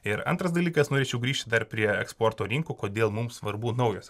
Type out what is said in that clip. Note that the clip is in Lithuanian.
ir antras dalykas norėčiau grįžti dar prie eksporto rinkų kodėl mums svarbu naujas